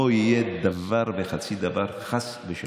חבריא, לא יהיה דבר וחצי דבר, חס ושלום.